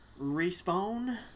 respawn